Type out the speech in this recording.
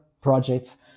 projects